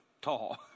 tall